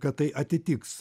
kad tai atitiks